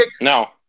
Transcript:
No